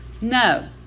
no